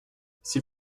s’il